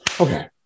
okay